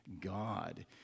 God